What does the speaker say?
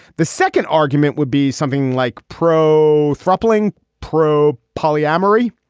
the second argument would be something like pro throttling pro polyamory